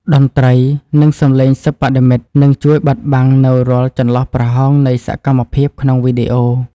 តន្ត្រី និង សម្លេងសិប្បនិម្មិតនឹងជួយបិទបាំងនូវរាល់ចន្លោះប្រហោងនៃសកម្មភាពក្នុងវីដេអូ។